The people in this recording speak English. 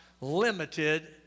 limited